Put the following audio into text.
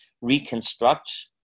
reconstruct